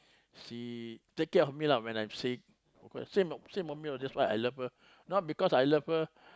she take care of me lah when I sick same of course same for me lah that's why I love her not because I love her